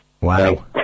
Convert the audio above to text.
Wow